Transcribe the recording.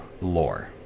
Lore